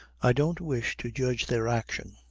i don't wish to judge their action.